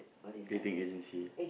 dating agency